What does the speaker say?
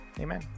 Amen